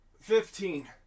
fifteen